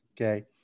Okay